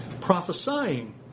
prophesying